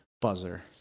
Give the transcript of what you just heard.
Buzzer